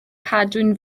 cadwyn